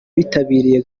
bitabiriye